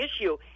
issue